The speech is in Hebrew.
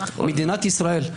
מדינת ישראל,